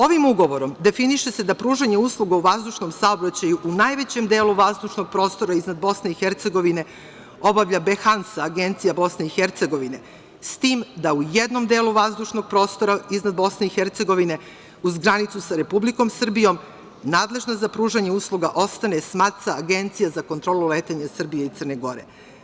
Ovim ugovorom definiše se da pružanje usluga u vazdušnom saobraćaju u najvećem delu vazdušnog prostora iznad BiH obavlja BHANSA, Agencija BiH, s tim da u jednom delu vazdušnog prostora iznad BiH uz granicu sa Republikom Srbijom nadležna za pružanje usluga ostane SMATSA, Agencija za kontrolu letenja Srbije i Crne Gore.